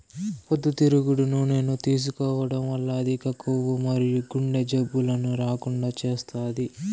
పొద్దుతిరుగుడు నూనెను తీసుకోవడం వల్ల అధిక కొవ్వు మరియు గుండె జబ్బులను రాకుండా చేస్తాది